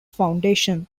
foundation